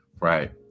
right